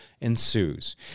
ensues